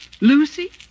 Lucy